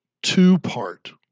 two-part